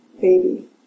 baby